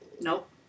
Nope